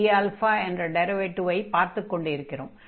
dda என்ற டிரைவேடிவை பார்த்துக் கொண்டிருக்கிறோம்